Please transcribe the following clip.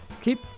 keep